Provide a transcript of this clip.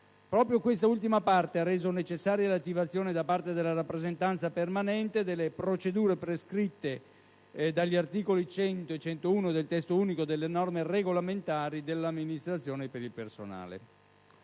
Proprio questa ultima parte ha reso necessaria l'attivazione da parte della Rappresentanza permanente delle procedure prescritte dagli articoli 100 e 101 del Testo unico delle norme regolamentari dell'Amministrazione per il personale.